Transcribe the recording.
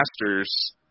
masters